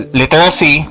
literacy